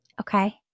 Okay